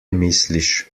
misliš